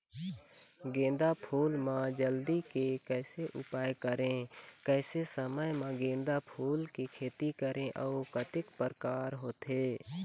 गेंदा फूल मा जल्दी के कैसे उपाय करें कैसे समय मा गेंदा फूल के खेती करें अउ कतेक प्रकार होथे?